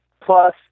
Plus